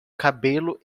cabelo